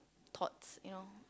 thoughts you know